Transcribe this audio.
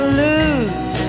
lose